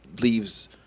leaves